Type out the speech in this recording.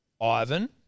Ivan